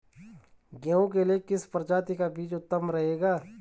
गेहूँ के लिए किस प्रजाति का बीज उत्तम रहेगा?